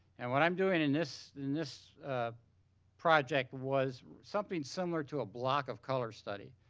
and what i'm doing in this in this project was something similar to a block of color study.